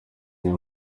yari